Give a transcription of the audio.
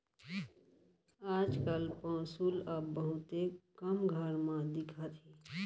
आज काल पौंसुल अब बहुते कम घर म दिखत हे